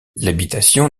l’habitation